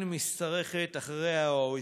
ודאי.